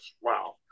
wow